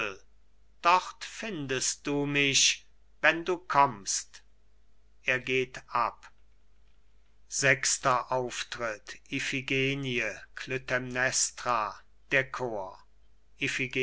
dort findest du mich wenn du kommst er geht ab iphigenie klytämnestra der chor